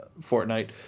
Fortnite